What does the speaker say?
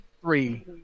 three